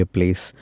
place